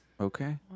Okay